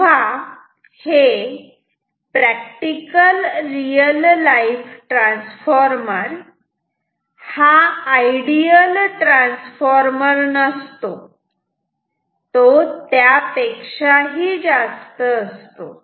तेव्हा practical real life transformer हा ideal transformer नसतो तो त्यापेक्षाही जास्त असतो